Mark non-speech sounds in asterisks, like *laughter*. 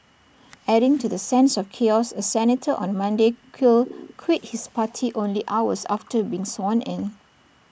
adding to the sense of chaos A senator on Monday *unintelligible* quit his party only hours after being sworn in